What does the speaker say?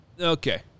okay